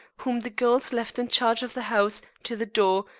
whom the girls left in charge of the house, to the door,